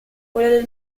quella